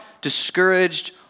discouraged